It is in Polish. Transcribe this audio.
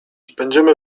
będziemy